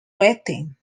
rating